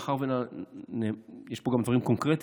מאחר שיש פה גם דברים קונקרטיים,